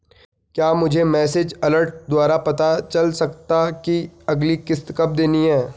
क्या मुझे message alert द्वारा पता चल सकता कि अगली किश्त कब देनी है?